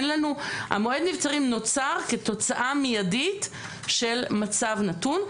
מועד הנבצרים נוצר כתוצאה מידית של מצב נתון.